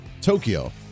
Tokyo